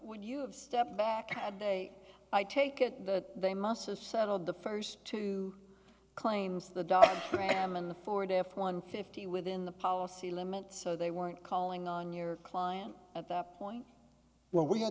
would you have stepped back a day i take it that they must have settled the first two claims the doctor for him and the ford f one fifty within the policy limit so they weren't calling on your client at that point when we